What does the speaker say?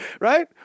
Right